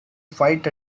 fight